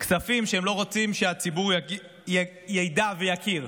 כספים שהם לא רוצים שהציבור ידע ויכיר.